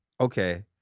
Okay